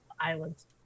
Islands